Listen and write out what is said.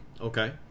Okay